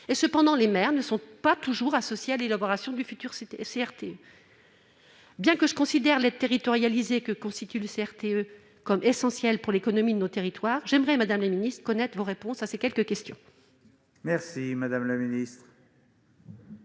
Cependant, les maires ne sont pas toujours associés à l'élaboration des futurs CRTE. Madame la ministre, bien que je considère l'aide territorialisée que constituent les CRTE comme essentielle pour l'économie de nos territoires, je souhaite connaître vos réponses à ces quelques interrogations.